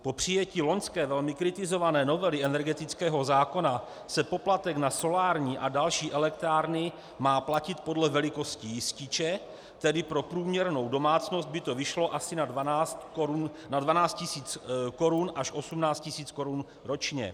Po přijetí loňské velmi kritizované novely energetického zákona se poplatek na solární a další elektrárny má platit podle velikosti jističe, tedy pro průměrnou domácnost by to vyšlo asi na 12 tis. až 18 tis. Kč ročně.